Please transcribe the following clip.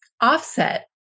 offset